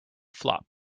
flop